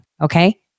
Okay